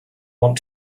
want